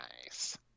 nice